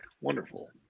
Wonderful